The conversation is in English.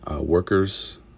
workers